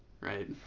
Right